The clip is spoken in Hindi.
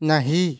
नहीं